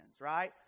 right